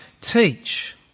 teach